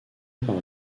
par